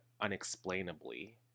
unexplainably